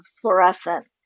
fluorescent